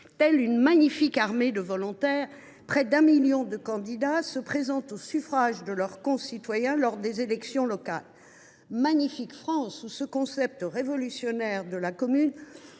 telle une magnifique armée de volontaires, se présentent au suffrage de leurs concitoyens lors des élections locales. Magnifique France, où ce concept révolutionnaire de la commune,